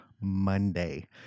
Monday